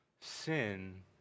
sin